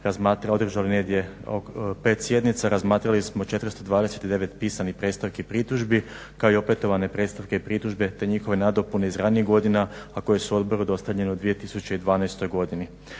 održali negdje oko 5 sjednica, razmatrali smo 429 pisanih predstavki i pritužbi kao i opetovane predstavke i pritužbe, te njihove nadopune iz ranijih godina a koje su odboru dostavljene u 2012. godini.